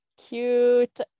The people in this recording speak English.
cute